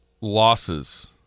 losses